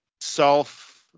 self